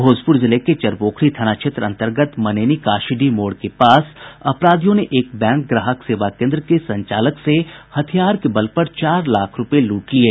भोजपुर जिले के चरपोखरी थाना क्षेत्र अंतर्गत मनैनी काशीडीह मोड़ के पास अपराधियों ने एक बैंक ग्राहक सेवा केंद्र के संचालक से हथियार के बल पर चार लाख रूपये लूट लिये